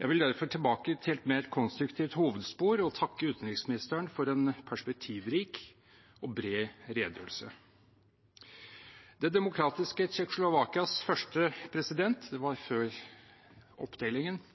Jeg vil derfor tilbake til et mer konstruktivt hovedspor og takke utenriksministeren for en perspektivrik og bred redegjørelse. Det demokratiske Tsjekkoslovakias første president – det var før oppdelingen –